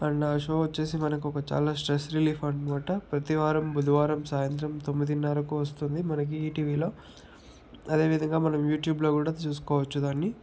and ఆ show వచ్చేసి మనకు ఒక చాలా స్ట్రెస్ రిలీఫ్ అనమాట ప్రతివారం బుధవారం సాయంత్రం తొమ్మిదిన్నరకు వస్తుంది మనకి ఈటీవీలో అదేవిధంగా మనం యూట్యూబ్లో కూడా చూసుకోవచ్చు దాన్ని